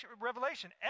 Revelation